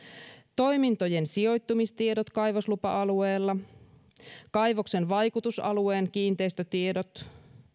toimintojen sijoittumistiedot kaivoslupa alueella kaivoksen vaikutusalueen kiinteistötiedot